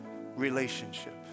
relationship